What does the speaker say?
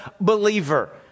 believer